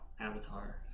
Avatar